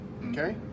okay